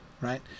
right